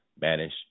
managed